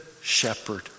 shepherd